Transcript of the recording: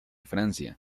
francia